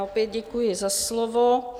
Opět děkuji za slovo.